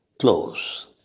close